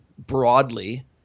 broadly